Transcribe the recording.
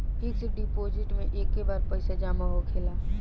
fix deposit मे एके बार पैसा जामा होखेला